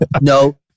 No